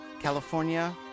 California